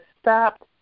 stopped